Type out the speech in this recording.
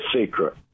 secret